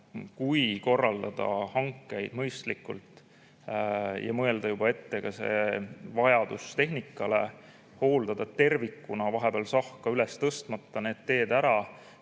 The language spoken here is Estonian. kui korraldada hankeid mõistlikult ja mõelda juba ette tehnikavajadusele, hooldada tervikuna vahepeal sahka üles tõstmata need teed ära,